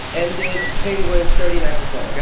ended. penguins, thirty nine, okay?